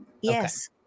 Yes